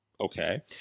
Okay